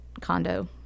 condo